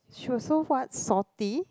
she was so what salty